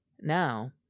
now